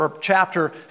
chapter